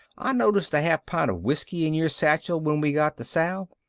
i noticed a half pint of whiskey in your satchel when we got the salve.